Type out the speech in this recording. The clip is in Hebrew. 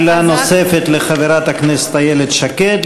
שאלה נוספת לחברת הכנסת איילת שקד.